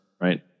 right